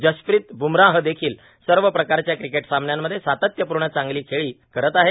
जसप्रीत बुमराह देखील सव प्रकारच्या क्रिकेट सामन्यांमध्ये सातत्यपूण चांगलां खेळी करत आहे